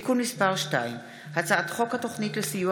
(תיקון מס' 2); הצעת חוק התוכנית לסיוע